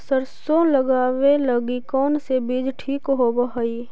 सरसों लगावे लगी कौन से बीज ठीक होव हई?